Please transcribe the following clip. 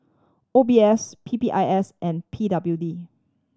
O B S P P I S and P W D